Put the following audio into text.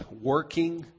working